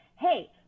Hey